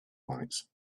lights